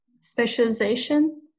specialization